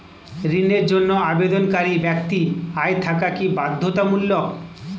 ঋণের জন্য আবেদনকারী ব্যক্তি আয় থাকা কি বাধ্যতামূলক?